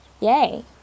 Yay